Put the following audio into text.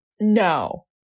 No